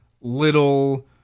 Little